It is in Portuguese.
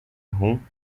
rum